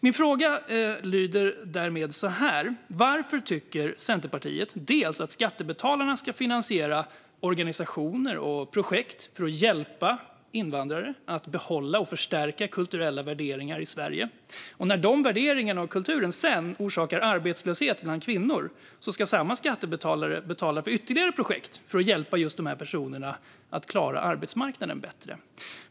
Min fråga lyder därmed så här: Varför tycker Centerpartiet dels att skattebetalarna ska finansiera organisationer och projekt för att hjälpa invandrare att behålla och förstärka kulturella värderingar i Sverige, dels att samma skattebetalare, när de värderingarna och den kulturen sedan orsakar arbetslöshet bland kvinnor, ska betala för ytterligare projekt för att hjälpa dessa personer att klara arbetsmarknaden bättre?